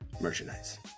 Merchandise